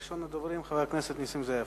ראשון הדוברים, חבר הכנסת נסים זאב.